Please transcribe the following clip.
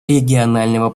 регионального